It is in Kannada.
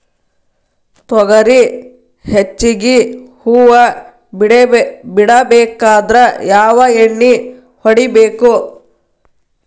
ತೊಗರಿ ಹೆಚ್ಚಿಗಿ ಹೂವ ಬಿಡಬೇಕಾದ್ರ ಯಾವ ಎಣ್ಣಿ ಹೊಡಿಬೇಕು?